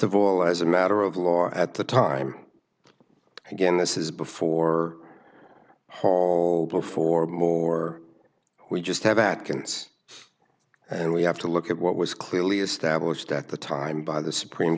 of all as a matter of law at the time again this is before hall before more we just have that can and we have to look at what was clearly established at the time by the supreme